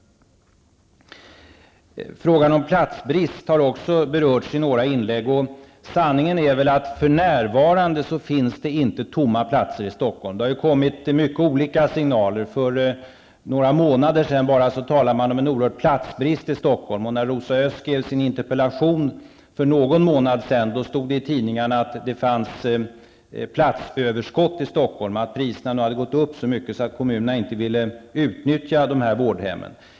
Frågan om platsbrist har också berörts i några inlägg. Sanningen är väl att för närvarande finns det inga tomma platser i Stockholm. Det har kommit olika signaler. För några månader sedan talades det om en oerhörd platsbrist i Stockholm. När Rosa Östh skrev sin interpellation för någon månad sedan, stod det i tidningarna att det fanns platsöverskott i Stockholm. Priserna skulle ha gått upp så mycket att kommunerna inte ville utnyttja vårdhemmen.